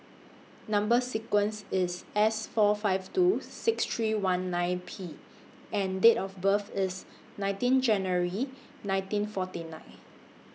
Number sequence IS S four five two six three one nine P and Date of birth IS nineteen January nineteen forty nine